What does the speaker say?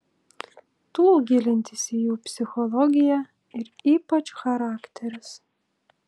tų gilintis į jų psichologiją ir ypač charakterius